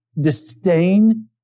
disdain